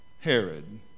Herod